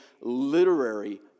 literary